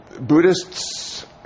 Buddhists